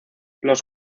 los